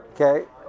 okay